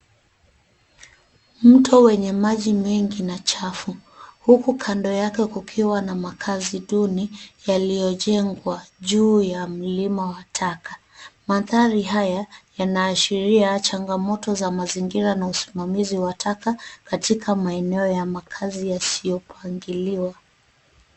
Mto wenye maji mengi na chafu huku kando yake kukiwa na makaazi duni yaliyojengwa juu ya mlima wa taka. Mandhari haya yanaashiria changamoto za mazingira na usimamizi wa taka katika maeneo ya makaazi yasiyopangiliwa.